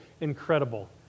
incredible